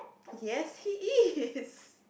yes he is